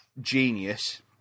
genius